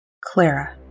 Clara